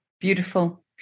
Beautiful